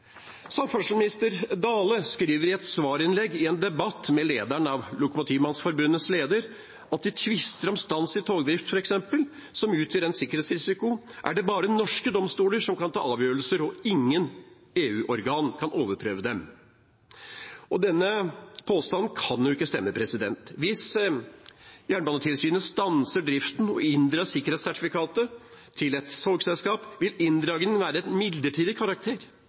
Samferdselsminister Dale skriver i et svarinnlegg i en debatt med Lokomotivmannsforbundets leder at i tvister om stans i togdrift, f.eks., som utgjør en sikkerhetsrisiko, er det bare norske domstoler som kan ta avgjørelser, og ingen EU-organ kan overprøve dem. Denne påstanden kan ikke stemme. Hvis Jernbanetilsynet stanser driften og inndrar sikkerhetssertifikatet til et togselskap, vil inndragningen være av midlertid karakter,